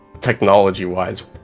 technology-wise